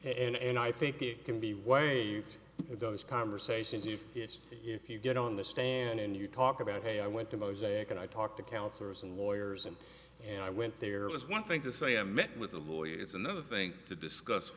gave and i think it can be why those conversations if it's if you get on the stand and you talk about hey i went to mosaic and i talked to counselors and lawyers and and i went there was one thing to say i met with a lawyer it's another thing to discuss